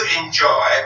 enjoy